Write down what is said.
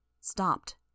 stopped